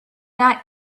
not